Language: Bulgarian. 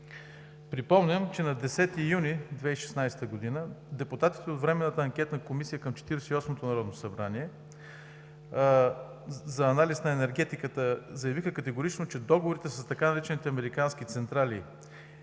Припомням, че на 10 юни 2016 г. депутатите от Временната анкетна комисия към Четиридесет и третото народно събрание за анализ на енергетиката заявиха категорично, че договорите с така наречените „американски“ централи